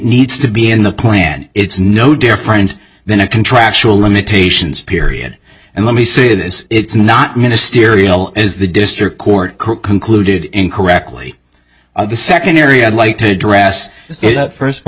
needs to be in the plan it's no different than a contractual limitations period and let me say this it's not ministerial as the district court concluded incorrectly of the second area i'd like to address